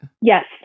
Yes